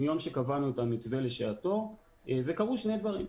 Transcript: מיום שקבענו את המתווה בשעתו וקרו שני דברים.